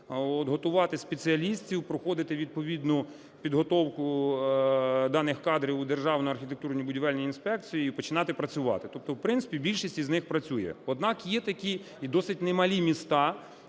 готувати спеціалістів, проходити відповідну підготовку даних кадрів у Державній архітектурно-будівельній інспекції і починати працювати. Тобто, в принципі, більшість із них працює. Однак є такі, і досить немалі міста,